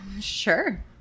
sure